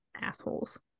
assholes